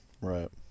right